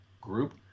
group